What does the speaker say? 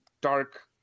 dark